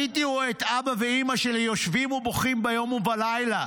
הייתי רואה את אבא ואימא שלי יושבים ובוכים ביום ובלילה.